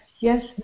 Yes